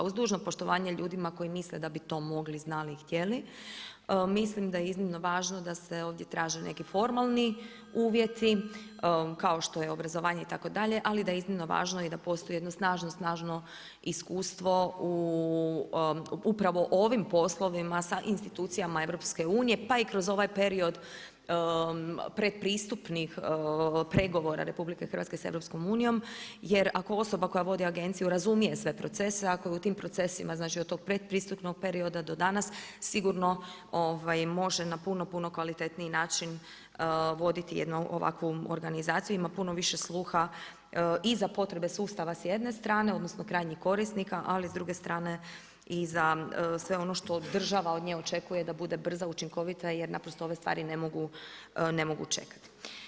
Uz dužno poštovanje ljudima koji misle da bi to mogli, znali i htjeli, mislim da je iznimno važno da se ovdje traže neki formalni uvjeti kao što je obrazovanje itd., ali da je iznimno važno i da postoji jedno snažno, snažno iskustvo u upravo ovim poslovima sa institucijama EU pa i kroz ovaj period predpristupnih pregovora RH sa EU jer ako osoba koja vodi agenciju razumije sve procese, ako u tim procesima od tog predpristupnog perioda do danas sigurno može na puno, puno kvalitetniji način voditi jednu ovakvu organizaciju ima puno više sluha i za potrebe sustava s jedne strane odnosno krajnjih korisnika, ali s druge strane i za sve ono što država od nje očekuje da bude brza učinkovita jer ove stvari ne mogu čekati.